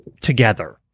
together